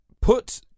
put